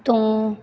ਤੋਂ